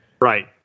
Right